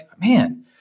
man